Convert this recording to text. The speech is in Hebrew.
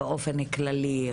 באופן כללי,